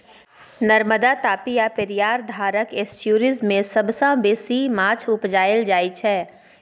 नर्मदा, तापी आ पेरियार धारक एस्च्युरीज मे सबसँ बेसी माछ उपजाएल जाइ छै